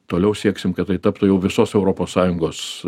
toliau sieksim kad tai taptų jau visos europos sąjungos